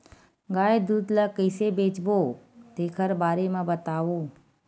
गाय दूध ल कइसे बेचबो तेखर बारे में बताओ?